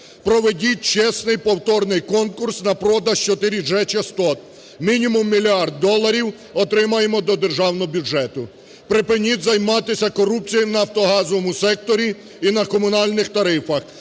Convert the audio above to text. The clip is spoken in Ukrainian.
Проведіть чесний повторний конкурс на продаж 4G-частот – мінімум мільярд доларів отримаємо до державного бюджету. Припиніть займатися корупцією в нафтогазовому секторі і на комунальних тарифах